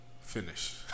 finish